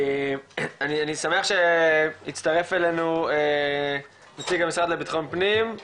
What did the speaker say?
אני שמח שהצטרפה אלינו נציג המשרד לבטחון פנים,